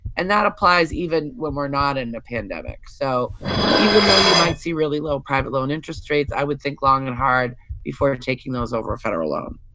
and that applies even when we're not in a pandemic. so even though you might see really low private loan interest rates, i would think long and hard before taking those over a federal loan.